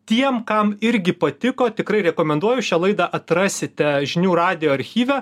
tiem kam irgi patiko tikrai rekomenduoju šią laidą atrasite žinių radijo archyve